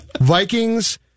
Vikings